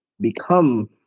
become